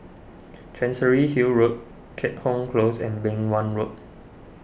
Chancery Hill Road Keat Hong Close and Beng Wan Road